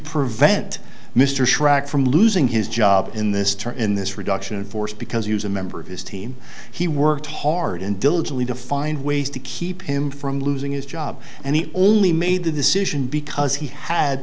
prevent mr schrag from losing his job in this tour in this reduction in force because he was a member of his team he worked hard and diligently to find ways to keep him from losing his job and he only made the decision because he had